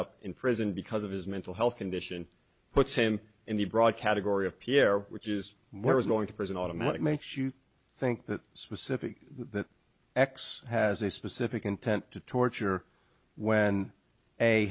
up in prison because of his mental health condition puts him in the broad category of pierre which is what was going to prison automatic makes you think that specific that x has a specific intent to torture when a